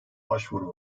başvuru